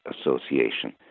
Association